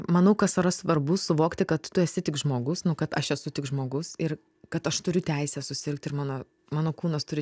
manau kad yra svarbu suvokti kad tu esi tik žmogus nu kad aš esu tik žmogus ir kad aš turiu teisę susirgti ir mano mano kūnas turi